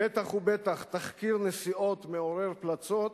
בטח ובטח תחקיר נסיעות מעורר פלצות,